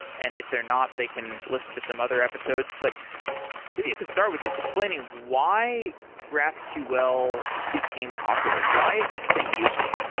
and if they're not, they can listen to some other episodes. but you can start with just explaining why graphql became popular. why is this thing useful?